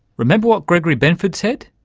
remember what gregory benford said?